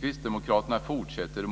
Vidare skriver kristdemokraterna.